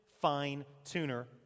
fine-tuner